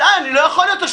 די, אני לא יכול יותר.